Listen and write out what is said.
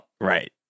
Right